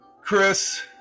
Chris